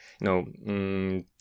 no